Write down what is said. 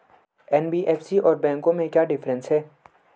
NBFC और बैंकों में क्या डिफरेंस है?